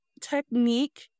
technique